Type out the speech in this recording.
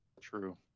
True